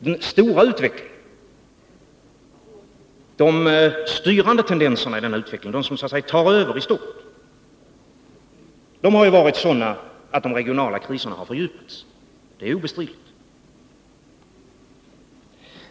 Den stora utvecklingen och de styrande tendenserna i denna utveckling, de som så att säga tar över i stort, har varit sådana att de regionala kriserna har fördjupats. Det är obestridligt.